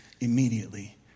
immediately